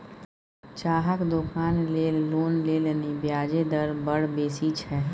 चाहक दोकान लेल लोन लेलनि ब्याजे दर बड़ बेसी छै